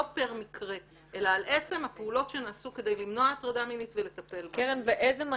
פר מקרה אלא עצם הפעולות שנעשו כדי למנוע הטרדה מינית ולטפל בה.